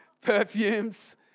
perfumes